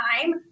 time